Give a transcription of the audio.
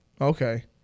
Okay